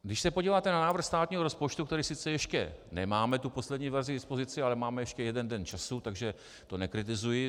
Když se podíváte na návrh státního rozpočtu který sice ještě nemáme, tu poslední verzi, k dispozici, ale máme ještě jeden den času, takže to nekritizuji.